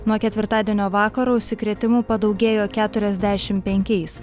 nuo ketvirtadienio vakaro užsikrėtimų padaugėjo keturiasdešimt penkiais